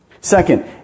Second